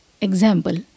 example